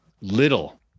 little